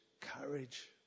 courage